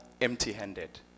empty-handed